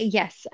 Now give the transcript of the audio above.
Yes